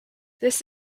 this